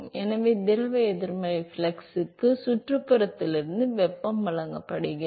எனவே திரவ எதிர்மறை ஃப்ளக்ஸ்க்கு சுற்றுப்புறத்திலிருந்து வெப்பம் வழங்கப்படுகிறது